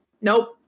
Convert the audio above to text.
nope